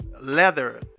leather